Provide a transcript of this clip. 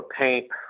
paint